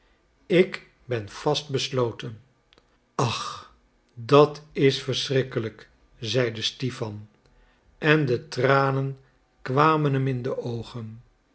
ik ben vastbesloten ach dat is verschrikkelijk zeide stipan en de tranen kwamen hem in de oogen